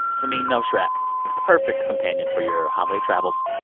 samin nosrat perfect companion for your holiday travels.